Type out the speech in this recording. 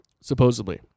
supposedly